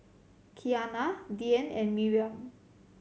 Kianna Dyan and Miriam